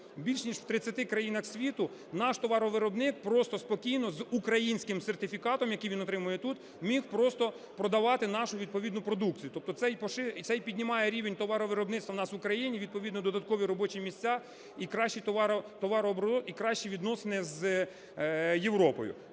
більше ніж у 30 країнах світу наш товаровиробник просто спокійно з українським сертифікатом, який він отримує тут, міг просто продавати нашу відповідну продукцію. Тобто це і піднімає рівень товаровиробництва у нас в Україні, відповідно додаткові робочі місця і кращий товарооборот,